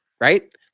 right